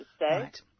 Right